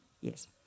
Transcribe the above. Yes